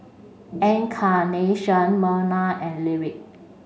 Encarnacion Merna and Lyric